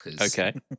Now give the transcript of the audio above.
Okay